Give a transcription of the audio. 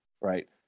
right